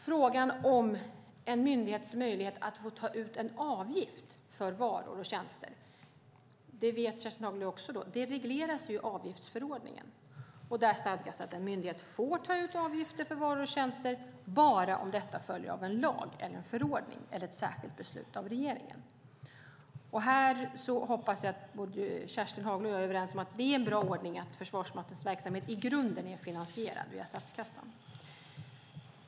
Frågan om en myndighets möjlighet att få ta ut en avgift för varor och tjänster regleras i avgiftsförordningen, vilket Kerstin Haglö också vet, och där stadgas att en myndighet får ta ut avgifter för varor och tjänster bara om detta följer av en lag, en förordning eller ett särskilt beslut av regeringen. Här hoppas jag att Kerstin Haglö och jag är överens om att det är en bra ordning att Försvarsmaktens verksamhet i grunden är finansierad via statskassan.